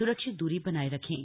सुरक्षित दूरी बनाए रखें